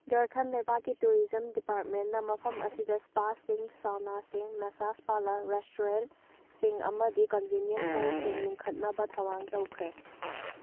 ꯓꯥꯔꯈꯟ ꯂꯩꯕꯛꯀꯤ ꯇꯨꯔꯤꯖꯝ ꯗꯤꯄꯥꯔꯠꯃꯦꯟꯅ ꯃꯐꯝ ꯑꯁꯤꯗ ꯏꯁꯄꯥ ꯁꯤꯡ ꯁꯥꯎꯅꯥꯁꯤꯡ ꯃꯁꯥꯖ ꯄꯥꯔꯂꯔ ꯔꯦꯁꯇꯣꯔꯦꯟ ꯁꯤꯡ ꯑꯃꯗꯤ ꯀꯟꯚꯦꯅꯤꯌꯟ ꯍꯣꯜꯁꯤꯡ ꯂꯤꯡꯈꯠꯅꯕ ꯊꯣꯔꯥꯡ ꯇꯧꯈ꯭ꯔꯦ